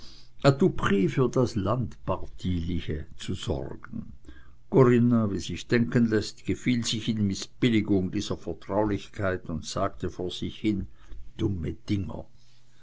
für das landpartieliche zu sorgen corinna wie sich denken läßt gefiel sich in mißbilligung dieser vertraulichkeit und sagte vor sich hin dumme dinger